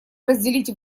разделить